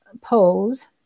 pose